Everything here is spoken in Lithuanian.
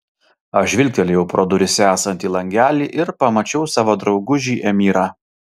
aš žvilgtelėjau pro duryse esantį langelį ir pamačiau savo draugužį emyrą